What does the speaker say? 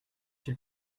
ils